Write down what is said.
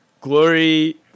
Glory